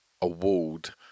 Award